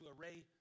array